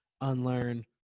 unlearn